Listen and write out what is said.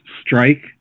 strike